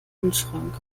kühlschrank